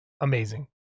amazing